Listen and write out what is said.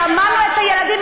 שמענו את הילדים,